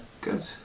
Good